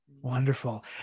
Wonderful